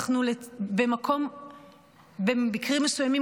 במקרים מסוימים,